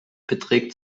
beträgt